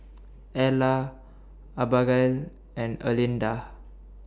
Ellar Abagail and Erlinda